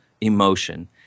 emotion